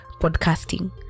podcasting